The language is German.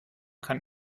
kann